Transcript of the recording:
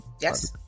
yes